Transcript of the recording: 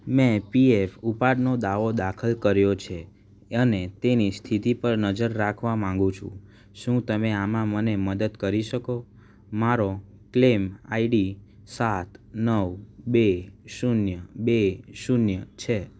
મેં P F ઉપાડનો દાવો દાખલ કર્યો છે અને તેની સ્થિતિ પર નજર રાખવા માંગુ છું શું તમે આમાં મને મદદ કરી શકો મારો ક્લેમ આઈડી સાત વલ બે શૂન્ય બે શૂન્ય છે